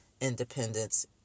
independence